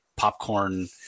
popcorn